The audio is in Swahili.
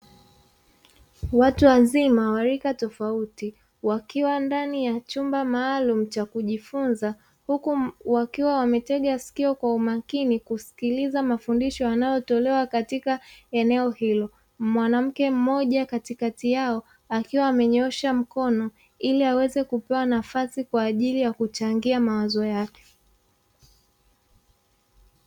Watu wazima wa rika tofauti, wakiwa ndani ya chumba maalumu cha kujifunza, huku wakiwa wametega sikio kwa umakini kusikiliza mafundisho yanayotolewa katika eneo hilo. Mwanamke mmoja katikati yao akiwa amenyoosha mkono ili aweze kupewa nafasi kwa ajili ya kuchangia mawazo yake.